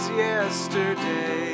yesterday